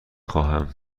خواهم